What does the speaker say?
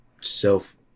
self